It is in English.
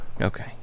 Okay